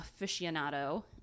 aficionado